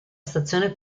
stazione